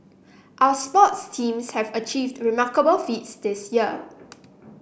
our sports teams have achieved remarkable feats this year